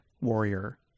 warrior